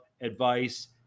advice